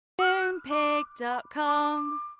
Moonpig.com